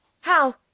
How